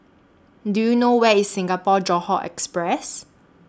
Do YOU know Where IS Singapore Johore Express